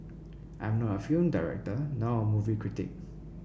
I am not a film director nor a movie critic